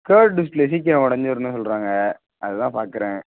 curve display சீக்கிரம் ஒடஞ்சிருன்னு சொல்றாங்க அது தான் பார்க்குறேன்